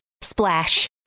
splash